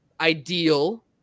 ideal